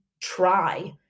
try